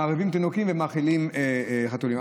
מרעיבים תינוקים ומאכילים חתולים.